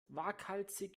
waghalsig